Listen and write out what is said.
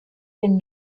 den